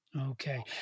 Okay